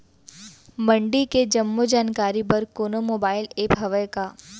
मंडी के जम्मो जानकारी बर कोनो मोबाइल ऐप्प हवय का?